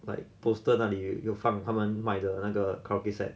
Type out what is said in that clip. like poster 那里有放他们卖的那个 karaoke set